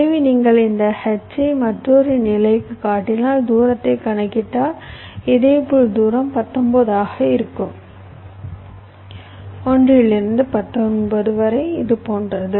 எனவே நீங்கள் இந்த H ஐ மற்றொரு நிலைக்கு கட்டினால் தூரத்தை கணக்கிட்டால் இதேபோல் தூரம் 19 ஆக இருக்கும் 1 2 3 4 5 6 7 8 9 10 11 12 15 16 17 18 19 இது போன்றது